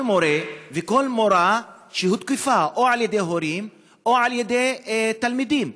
כל מורה וכל מורה שהותקפו או על-ידי הורים או על-ידי תלמידים.